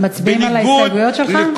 מצביעים על ההסתייגויות שלך?